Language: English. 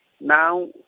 now